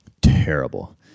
terrible